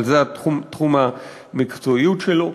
זה תחום המקצועיות שלו.